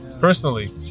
personally